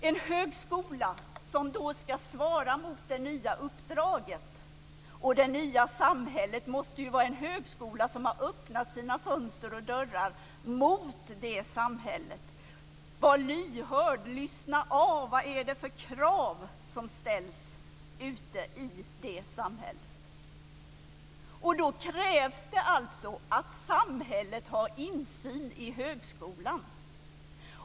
En högskola som ska svara mot det nya uppdraget och det nya samhället måste vara en högskola som har öppnat sina fönster och dörrar mot samhället, en högskola som är lyhörd och lyssnar av: Vad är det för krav som ställs ute i det samhället? Då krävs det också att samhället har insyn högskolan.